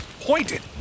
pointed